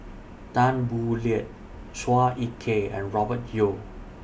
Tan Boo Liat Chua Ek Kay and Robert Yeo